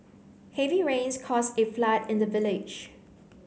heavy rains caused a flood in the village